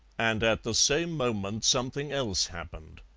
and at the same moment something else happened.